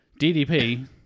DDP